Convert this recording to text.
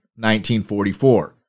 1944